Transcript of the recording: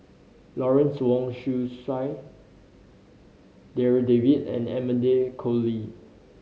Lawrence Wong Shyun Tsai Darryl David and Amanda Koe Lee